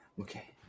Okay